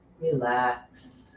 relax